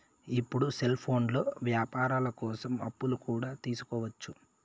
ఇప్పుడు సెల్ఫోన్లో వ్యాపారాల కోసం అప్పులు కూడా తీసుకోవచ్చు